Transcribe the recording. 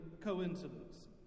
coincidence